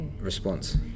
response